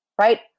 right